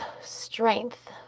strength